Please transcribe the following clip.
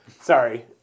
Sorry